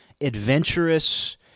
adventurous